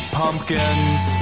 pumpkins